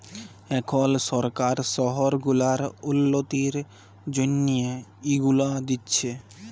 এখল সরকার শহর গুলার উল্ল্যতির জ্যনহে ইগুলা দিছে